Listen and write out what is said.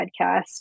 podcast